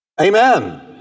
Amen